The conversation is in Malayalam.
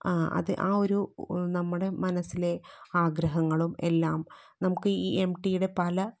ആ അത് ആ ഒരു നമ്മുടെ മനസ്സിലെ ആഗ്രഹങ്ങളും എല്ലാം നമുക്ക് ഈ എം ടിയുടെ പല